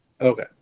Okay